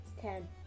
Ten